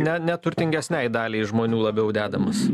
ne neturtingesnei daliai žmonių labiau dedamas